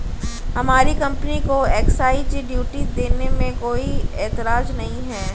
हमारी कंपनी को excise duty देने में कोई एतराज नहीं है